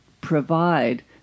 provide